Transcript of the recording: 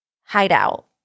hideout